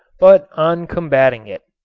but on combating it,